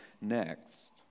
next